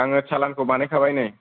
आङो चालानखौ बानायखाबाय नै